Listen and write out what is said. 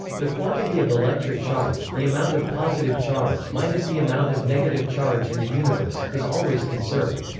the quantity of electric charge, the amount of positive charge minus the amount of negative charge in the universe, is always conserved.